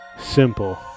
Simple